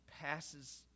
passes